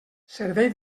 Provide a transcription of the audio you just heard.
servei